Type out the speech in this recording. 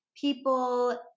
people